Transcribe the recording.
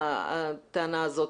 הטענה הזאת.